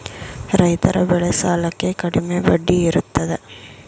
ರೈತರ ಬೆಳೆ ಸಾಲಕ್ಕೆ ಕಡಿಮೆ ಬಡ್ಡಿ ಇರುತ್ತದೆ